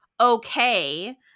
okay